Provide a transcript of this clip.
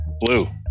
blue